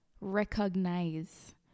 recognize